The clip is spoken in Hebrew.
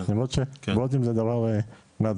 למרות שבוטים זה דבר מעצבן,